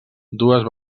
dues